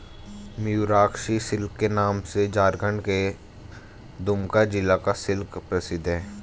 Mayurakshi silk के नाम से झारखण्ड के दुमका जिला का सिल्क प्रसिद्ध है